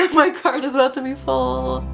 like my card is about to be full.